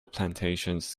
plantations